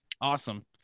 Awesome